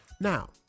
Now